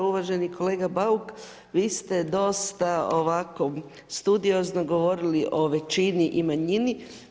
Uvaženi kolega Bauk, vi ste dosta ovako studiozno govorili o većini i manjini.